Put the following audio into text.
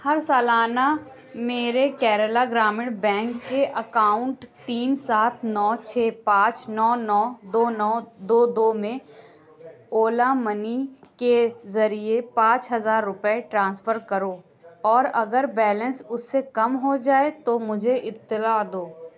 ہر سالانہ میرے کیرلا گرامین بینک کے اکاؤنٹ تین سات نو چھ پانچ نو نو دو نو دو دو میں اولا منی کے ذریعے پانچ ہزار روپئے ٹرانسفر کرو اور اگر بیلنس اس سے کم ہو جائے تو مجھے اطلاع دو